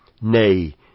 Nay